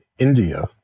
India